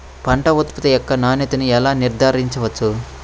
పంట ఉత్పత్తి యొక్క నాణ్యతను ఎలా నిర్ధారించవచ్చు?